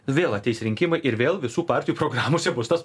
vėl ateis rinkimai ir vėl visų partijų programose bus tas